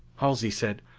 halsey said,